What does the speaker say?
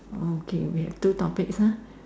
okay okay two topic [huh]